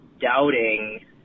doubting